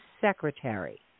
secretary